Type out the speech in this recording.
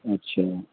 अच्छा